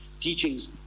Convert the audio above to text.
teachings